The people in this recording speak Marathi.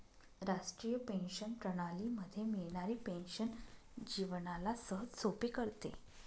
राष्ट्रीय पेंशन प्रणाली मध्ये मिळणारी पेन्शन जीवनाला सहजसोपे करते